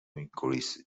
increased